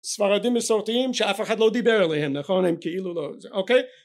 ספרדים מסורתיים שאף אחד לא דיבר אליהם נכון הם כאילו לא אוקיי